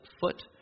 foot